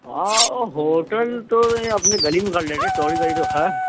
ہاں ہوٹل تو یہ اپنی گلی میں کر لیتے چوڑی گلی تو ہے